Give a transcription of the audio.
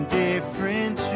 different